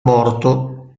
morto